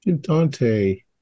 Dante